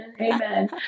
Amen